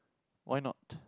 why not